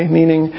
meaning